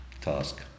task